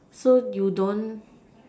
so you don't